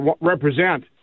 represent